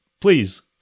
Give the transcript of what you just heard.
Please